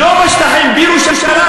היא לא אמרה, לא בשטחים, בירושלים.